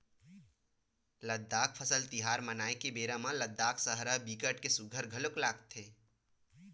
लद्दाख फसल तिहार मनाए के बेरा म लद्दाख सहर ह बिकट के सुग्घर घलोक लगथे